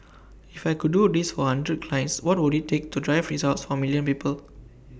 if I could do this for A hundred clients what would IT take to drive results for A million people